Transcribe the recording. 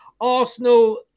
Arsenal